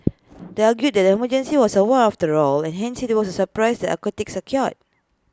they argue that the emergency was A war after all and hence IT was surprise that atrocities occurred